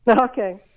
Okay